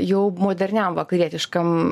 jau moderniam vakarietiškam